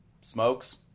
Smokes